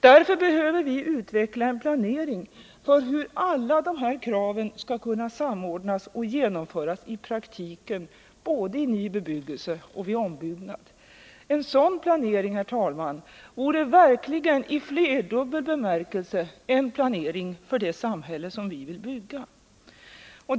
Vi behöver därför utveckla en planering för hur alla de här kraven skall kunna samordnas och genomföras i praktiken, både i ny bebyggelse och vid ombyggnad. En sådan planering, herr talman, vore verkligen i flerdubbel bemärkelse en planering för det samhälle vi vill bygga.